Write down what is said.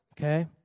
Okay